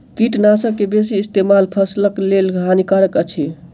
कीटनाशक के बेसी इस्तेमाल फसिलक लेल हानिकारक अछि